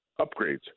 upgrades